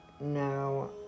no